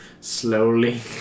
slowly